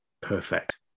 perfect